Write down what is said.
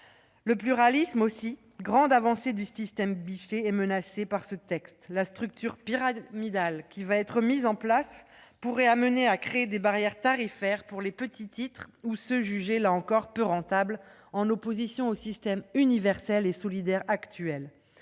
Le pluralisme, grande avancée du système Bichet, est lui aussi menacé par ce texte. La structure pyramidale qui va être mise en place pourrait conduire à ériger des barrières tarifaires pour les petits titres ou ceux qui sont jugés peu rentables, en opposition au système universel et solidaire actuel.